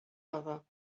other